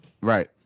right